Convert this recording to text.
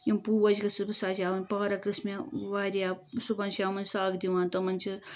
یِم پوش گٔژھٕس بہٕ سجاوٕنۍ پارک گٔژھ مےٚ واریاہ صُبحن شامَن سَگ دِوان تِمَن چھِ